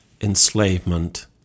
enslavement